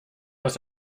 aus